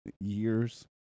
Years